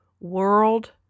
world